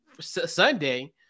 Sunday